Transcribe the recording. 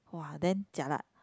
[wah] then jialat